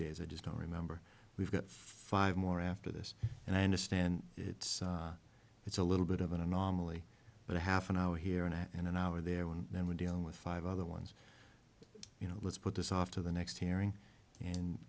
days i just don't remember we've got five more after this and i understand it's it's a little bit of an anomaly but a half an hour here and a half an hour there and then we're dealing with five other ones you know let's put this off to the next hearing and